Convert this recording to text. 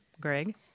Greg